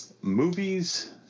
movies